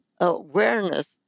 Awareness